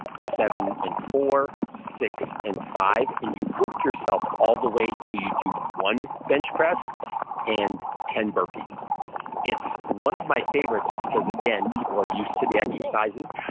seven and four. six and five, and you work yourself all the way till you do one bench press and ten burpees it's one of my favorites because again, people are used to the exercises.